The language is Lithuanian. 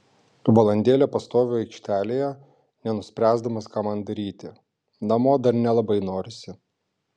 valandėlę pastoviu aikštelėje nenuspręsdamas ką man daryti namo dar nelabai norisi